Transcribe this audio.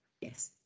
Yes